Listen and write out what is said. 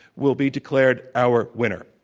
will be declared our winner.